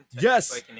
Yes